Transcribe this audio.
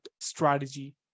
strategy